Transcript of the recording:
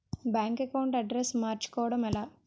Bank account address మార్చుకోవడం ఎలా?